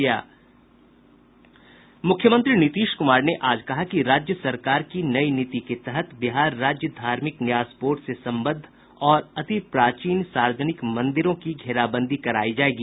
मुख्यमंत्री नीतीश कुमार ने आज कहा कि राज्य सरकार की नई नीति के तहत बिहार राज्य धार्मिक न्यास बोर्ड से सम्बद्ध और अति प्राचीन सार्वजनिक मंदिरों की घेराबंदी कराई जायेगी